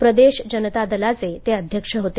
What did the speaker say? प्रदेश जनता दलाचे ते अध्यक्ष होते